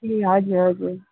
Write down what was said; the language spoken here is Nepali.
ए हजुर हजुर